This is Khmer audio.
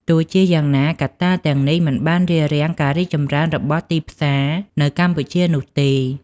ទោះជាយ៉ាងណា កត្តាទាំងនេះមិនបានរារាំងការរីកចម្រើនរបស់ ទីផ្សារ នៅកម្ពុជានោះទេ។